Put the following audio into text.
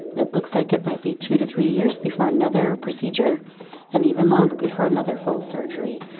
it looks like it might be two to three years before another procedure and even longer before another full surgery.